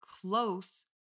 close